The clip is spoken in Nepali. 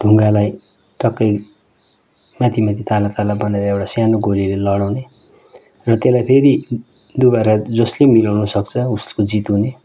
ढुङ्गालाई टक्कै माथि माथि तला तला बनाएर एउटा सानो गोलीले लडाउने र त्यसलाई फेरि दोबारा जसले मिलाउनुसक्छ उसको जित हुने